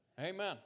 Amen